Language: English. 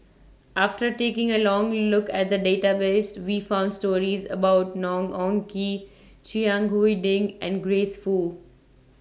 after taking A Long Look At The Database We found stories about Ng Eng Kee Chiang Ding and Grace Fu